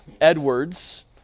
Edwards